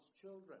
children